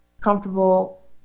comfortable